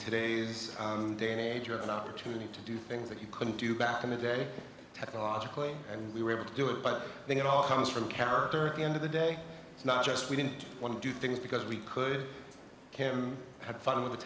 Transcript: today's day and age with an opportunity to do things that you couldn't do back in the day technologically and we were able to do it but i think it all comes from the character of the end of the day it's not just we didn't want to do things because we could carry had fun with the